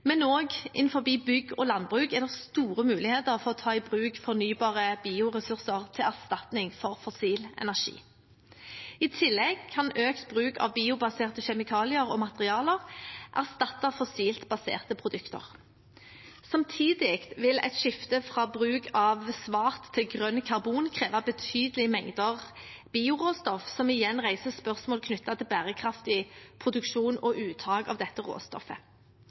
men også innenfor bygg og landbruk er det store muligheter for å ta i bruk fornybare bioressurser til erstatning for fossil energi. I tillegg kan økt bruk av biobaserte kjemikalier og materialer erstatte fossilt baserte produkter. Samtidig vil et skifte i bruk av karbon fra svart til grønt kreve betydelige mengder bioråstoff, som igjen reiser spørsmål knyttet til bærekraftig produksjon og uttak av dette råstoffet.